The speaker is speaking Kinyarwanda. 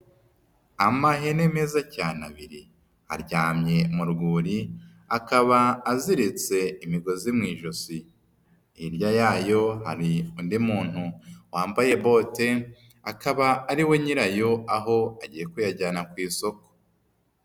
Amahene meza cyane abiri, aryamye mu rwuri, akaba aziritse imigozi mu ijosi. Hirya yayo hari undi muntu wambaye bote, akaba ari we nyirayo aho agiye kuyajyana ku isoko.